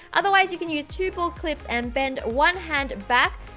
otherwise, you can use two pull clips, and bend one hand back,